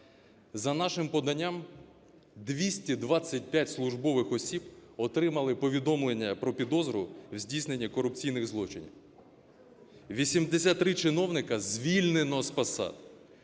За нашим поданням 225 службових осіб отримали повідомлення про підозру в здійсненні корупційних злочинів, 83 чиновники звільнено з посад,